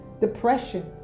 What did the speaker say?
depression